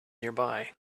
nearby